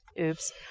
Oops